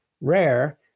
Rare